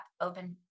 open